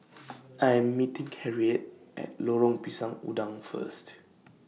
I Am meeting Harriette At Lorong Pisang Udang First